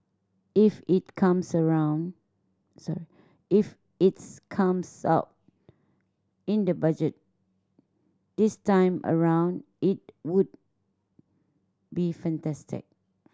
if it comes around sorry if its comes out in the Budget this time around it would be fantastic